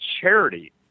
charity